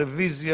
הרביזיה נדחתה.